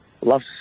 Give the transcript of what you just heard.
Love